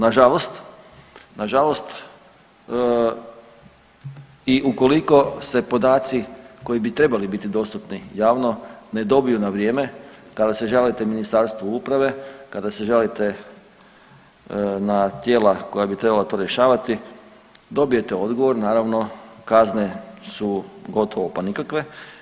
Nažalost, nažalost i ukoliko se podaci koji bi trebali biti dostupni javno ne dobiju na vrijeme kada se žalite Ministarstvu uprave, kada se žalite na tijela koja bi trebala to rješavati dobijete odgovor naravno kazne su gotovo pa nikakve.